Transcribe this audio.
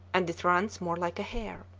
and it runs more like a hare.